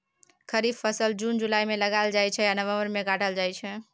खरीफ फसल जुन जुलाई मे लगाएल जाइ छै आ नबंबर मे काटल जाइ छै